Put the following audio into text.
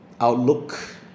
outlook